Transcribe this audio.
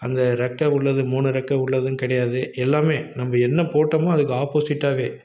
அந்த ரெக்கை உள்ளது மூணு ரெக்கை உள்ளதும் கிடையாது எல்லாமே நம்ப என்ன போட்டோமோ அதுக்கு ஆப்போசிட்டாகவே